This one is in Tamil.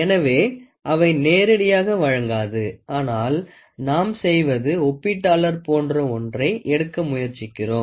எனவே அவை நேரடியாக வழங்காது ஆனால் நாம் செய்வது ஒப்பீட்டாளர் போன்ற ஒன்றை எடுக்க முயற்சிக்கிறோம்